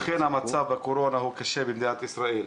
לכן המצב בקורונה הוא קשה במדינת ישראל.